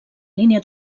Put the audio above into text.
línia